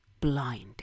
blind